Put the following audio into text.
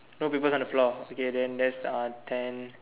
no papers on the floor okay then that's uh ten